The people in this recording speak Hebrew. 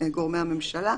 גורמי הממשלה,